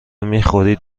میخورید